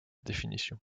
définition